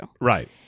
Right